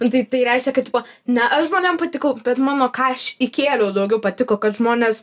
nu tai tai reiškia kad tipo ne aš žmonėm patikau bet mano ką aš įkėliau daugiau patiko kad žmonės